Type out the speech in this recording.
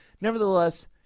Nevertheless